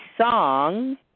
song